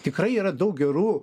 tikrai yra daug gerų